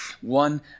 one